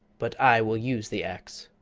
but i will use the axe.